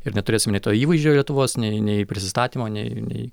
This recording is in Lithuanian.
ir neturėsim nei to įvaizdžio lietuvos nei nei prisistatymo nei nei